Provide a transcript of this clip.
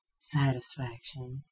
Satisfaction